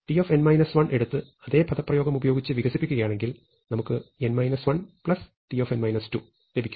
t എടുത്ത് അതേ പദപ്രയോഗം ഉപയോഗിച്ച് വികസിപ്പിക്കുകയാണെങ്കിൽ നമുക്ക് t ലഭിക്കും